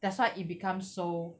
that's why it become so